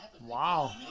Wow